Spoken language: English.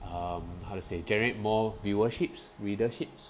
um how to say generate more viewerships readerships